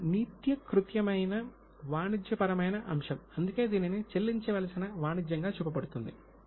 ఇది ఒక నిత్య కృత్యమైన వాణిజ్యపరమైన అంశం అందుకే దీనిని చెల్లించవలసిన వాణిజ్యంగా చూపబడుతుంది